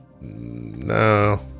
no